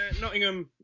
Nottingham